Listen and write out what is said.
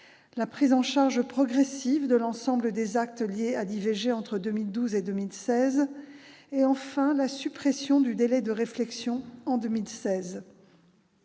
la prise en charge progressive de l'ensemble des actes liés à l'IVG, entre 2012 et 2016, et la suppression du délai de réflexion, en 2016.